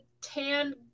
tan